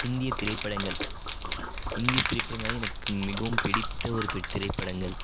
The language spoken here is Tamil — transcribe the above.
இந்திய திரைப்படங்கள் இந்திய திரைப்படங்கள் எனக்கு மிகவும் பிடித்த ஒரு திரைப்படங்கள்